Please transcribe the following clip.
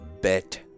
bet